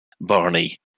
Barney